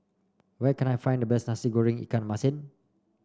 where can I find the best Nasi Goreng Ikan Masin